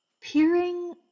peering